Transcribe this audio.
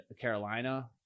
Carolina